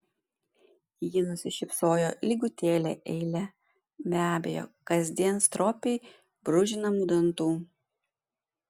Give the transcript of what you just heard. ji nusišypsojo lygutėle eile be abejo kasdien stropiai brūžinamų dantų